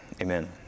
Amen